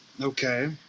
okay